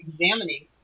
examining